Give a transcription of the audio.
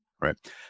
Right